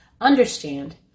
understand